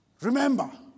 remember